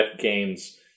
games